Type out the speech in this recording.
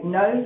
no